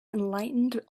enlightened